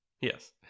Yes